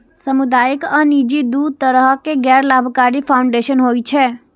सामुदायिक आ निजी, दू तरहक गैर लाभकारी फाउंडेशन होइ छै